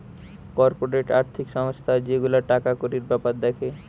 corporate আর্থিক সংস্থা যে গুলা টাকা কড়ির বেপার দ্যাখে